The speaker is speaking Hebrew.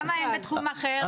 אז למה אין בתחום אחר?